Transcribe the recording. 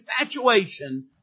infatuation